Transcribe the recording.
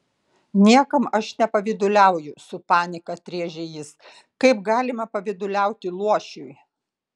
niekam aš nepavyduliauju su panieka atrėžė jis kaip galima pavyduliauti luošiui